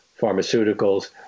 pharmaceuticals